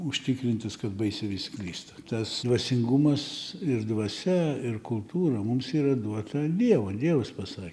užtikrintas kad baisiai visi klysta tas dvasingumas ir dvasia ir kultūra mums yra duota dievo dievas pasa